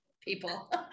people